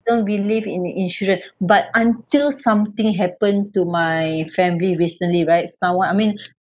don't believe in insurance but until something happened to my family recently right someone I mean